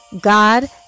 God